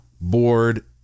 bored